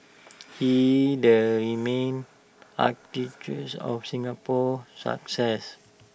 he's the main architect of Singapore's success